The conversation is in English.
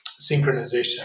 synchronization